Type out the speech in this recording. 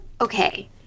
okay –